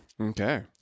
Okay